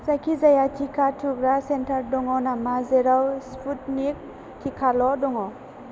जायखिजाया टिका थुग्रा सेन्टार दं नामा जेराव स्पुटनिक टिकाल' दङ